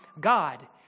God